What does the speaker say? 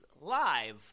live